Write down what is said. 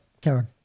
karen